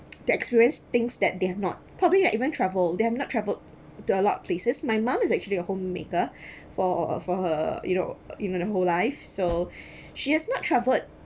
that experience things that they have not probably I even travel they have not travelled to a lot of places my mum is actually a homemaker for for her uh you know you know the whole life so she has not travelled